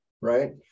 right